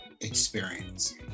experience